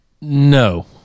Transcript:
No